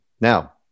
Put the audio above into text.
Now